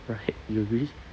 right you agree